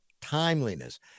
timeliness